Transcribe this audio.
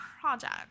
project